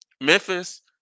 Memphis